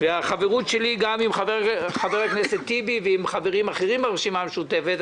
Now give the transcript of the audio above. והחברות שלי גם עם חבר הכנסת טיבי ועם חברים אחרים ברשימה המשותפת,